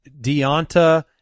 Deonta